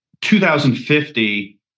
2050